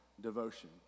devotion